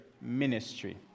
ministry